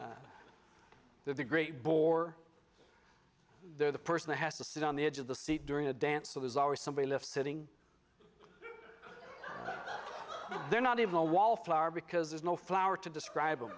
they're the great bore they're the person that has to sit on the edge of the seat during a dance so there's always somebody left sitting there not even a wallflower because there's no flower to describe